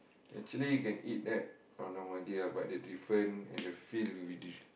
actually you can eat that on normal day ah but the different and the feel will be